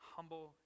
humble